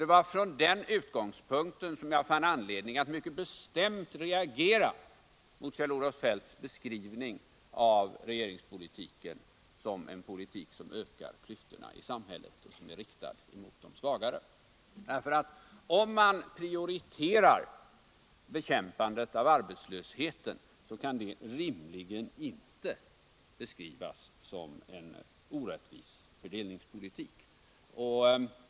Det var från den utgångspunkten som jag fann anledning att mycket bestämt reagera mot Kjell-Olof Feldts beskrivning av regeringspolitiken som en politik som ökar klyftorna i samhället och som är riktad mot de svagare. Om man prioriterar bekämpandet av arbetslösheten, så kan väl det rimligen inte beskrivas som en orättvis fördelningspolitik.